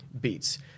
beats